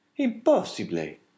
Impossibly